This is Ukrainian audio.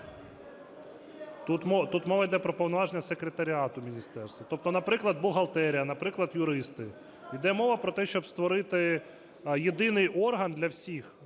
Тут мова йде про повноваження секретаріату міністерства, тобто, наприклад, бухгалтерія, наприклад, юристи. Іде мова про те, щоб створити єдиний орган для всіх